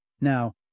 Now